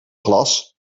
glas